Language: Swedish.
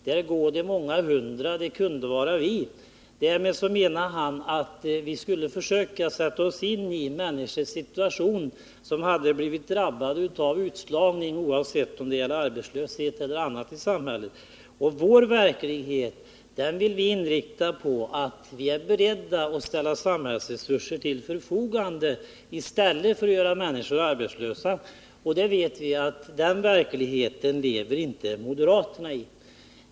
Där gå de många hundra det kunde vara vi. Därmed menar han att vi skulle försöka sätta oss in i de människors situation som blivit drabbade av utslagning vare sig det gäller arbetslöshet eller någonting annat i samhället. Vår verklighet vill vi inrikta på att ställa samhällsresurser till förfogande i stället för att göra människor arbetslösa. Vi vet att den verkligheten lever inte moderaterna i.